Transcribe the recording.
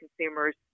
consumers